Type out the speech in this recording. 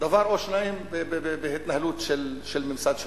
דבר או שניים בהתנהלות של ממסד שלטוני.